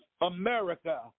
America